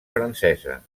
francesa